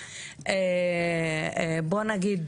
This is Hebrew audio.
בוא נגיד,